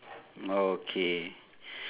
okay